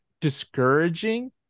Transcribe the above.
discouraging